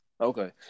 okay